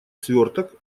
сверток